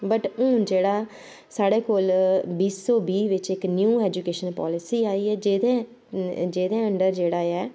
but हून जेह्ड़ा साढ़े कोल बीह् सौ बीह् बिच्च इक न्यू ऐजूकेशन पालसी आई ऐ जेह्दे जेह्दे अंडर जेह्ड़ा ऐ